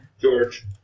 George